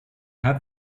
have